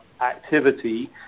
activity